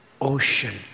ocean